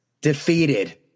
defeated